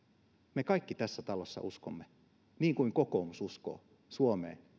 me kaikki tässä talossa uskomme niin kuin kokoomus uskoo suomeen